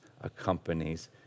accompanies